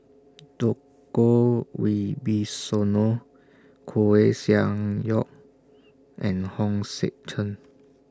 Djoko Wibisono Koeh Sia Yong and Hong Sek Chern